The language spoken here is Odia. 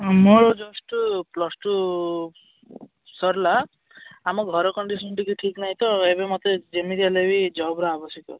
ମୋର ଜଷ୍ଟ ପ୍ଲସ୍ ଟୁ ସରିଲା ଆମ ଘର କଣ୍ଡିସନ୍ ଟିକିଏ ଠିକ୍ ନାହିଁ ତ ଏବେ ମତେ ଯେମିତି ହେଲେ ବି ଜବ୍ର ଆବଶ୍ୟକ ଅଛି